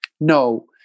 No